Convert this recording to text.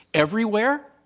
everywhere?